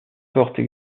portes